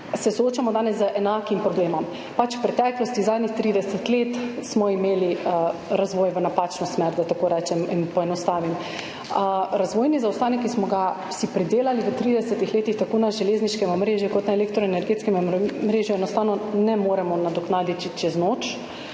se soočamo z enakim problemom, v preteklosti, zadnjih trideset let je šel razvoj v napačno smer, da tako rečem in poenostavim. Razvojnega zaostanka, ki smo si ga pridelali v 30 letih, tako na železniškem omrežju kot na elektroenergetskem omrežju, enostavno ne moremo nadoknaditi čez noč.